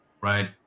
right